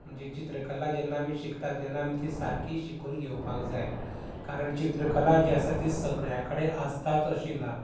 म्हणजे चित्रकलां जेन्ना आमी शिकतात तेन्ना आमी सारकीं शिकोवन घेवपाक जाय कारण चित्रकला जी आसा ती सगळ्यांक कडेन आसताच अशीं ना